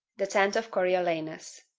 the tent of coriolanus.